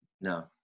No